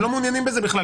הם לא מעוניינים בזה בכלל.